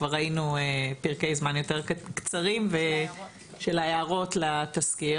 כבר ראינו פרקי זמן יותר קצרים של הערות לתזכיר,